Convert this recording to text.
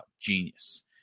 genius